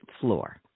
floor